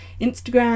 instagram